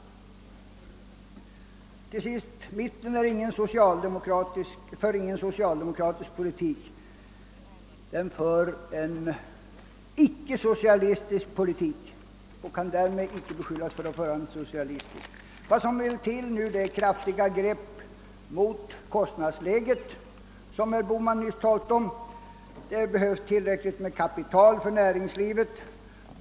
Mitten för ingen socialedomkratisk politik; den kan inte beskyllas för det. Den för en icke-socialistisk politik. Vad som nu vill till är kraftiga grepp mot kostnadsläget, som herr Bohman nyss talade om. Det behövs tillräckligt med kapital för näringslivet.